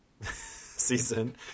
season